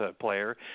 player